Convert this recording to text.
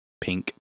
Pink